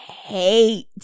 Hate